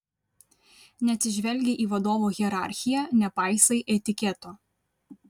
neatsižvelgi į vadovų hierarchiją nepaisai etiketo